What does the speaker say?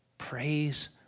Praise